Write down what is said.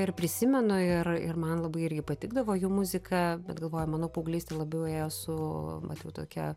ir prisimenu ir ir man labai irgi patikdavo jų muzika bet galvoju mano paauglystė labiau ėjo su bent jau tokia